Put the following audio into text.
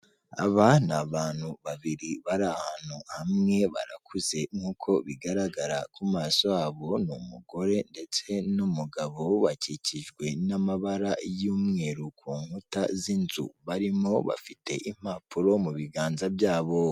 Aba ni abantu babiri bari ahantu hamwe barakuze nk'uko bigaragara ku maso habo ni umugore ndetse n'umugabo, bakikijwe n'amabara y'umweru ku nkuta z'inzu barimo bafite impapuro mu biganza byabo.